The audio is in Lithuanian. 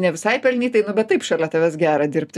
ne visai pelnytai nu bet taip šalia tavęs gera dirbti